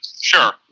sure